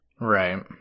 Right